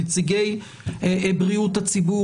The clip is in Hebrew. נציגי בריאות הציבור,